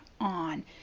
on